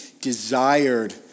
desired